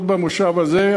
עוד במושב הזה,